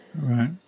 Right